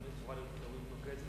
אני מזמין את חברת הכנסת אורית נוקד,